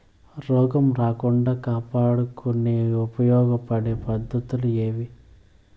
రోగం రాకుండా కాపాడుకునేకి ఉపయోగపడే పద్ధతులు ఏవి?